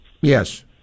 Yes